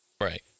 Right